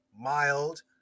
mild